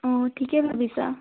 অঁ ঠিকে ভাবিছা